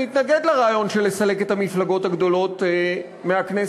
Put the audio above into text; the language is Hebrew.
מתנגד לרעיון של לסלק את המפלגות הגדולות מהכנסת,